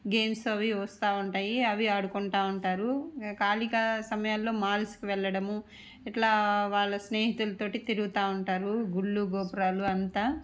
games అవి వస్తు ఉంటాయి అవి ఆడుకుంతు ఉంటారు ఖాళీ సమయాలలో మాల్స్కి వెళ్ళడము ఇట్లా వాళ్ళ స్నేహితులతో తిరుగుతు ఉంటారు గుళ్ళు గోపురాలు అంతా